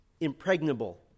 impregnable